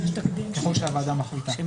ככל שהוועדה מחליטה.